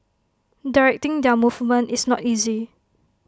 directing their movement is not easy